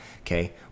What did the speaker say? Okay